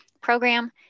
program